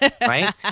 right